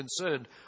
concerned